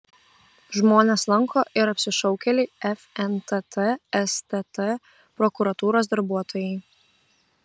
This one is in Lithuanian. žmones lanko ir apsišaukėliai fntt stt prokuratūros darbuotojai